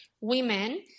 women